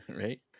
Right